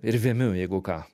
ir vėmiu jeigu ką